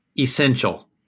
essential